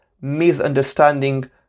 misunderstanding